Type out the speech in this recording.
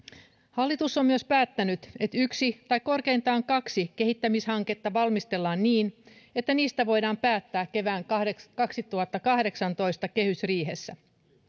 hallitus on myös päättänyt että yksi tai korkeintaan kaksi kehittämishanketta valmistellaan niin että niistä voidaan päättää kevään kaksituhattakahdeksantoista kehysriihessä